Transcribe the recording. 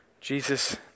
Jesus